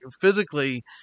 physically